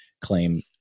claim